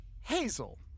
Hazel